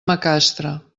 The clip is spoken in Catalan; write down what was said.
macastre